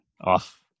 off